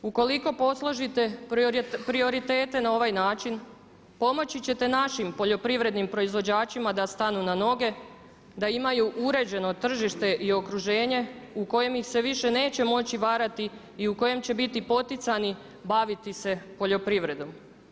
Ukoliko posložite prioritete na ovaj način pomoći ćete našim poljoprivrednim proizvođačima da stanu na noge, da imaju uređeno tržište i okruženje u kojem ih se više neće moći varati i u kojem će biti poticani baviti se poljoprivredom.